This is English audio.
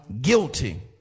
guilty